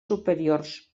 superiors